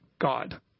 God